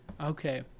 Okay